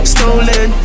Stolen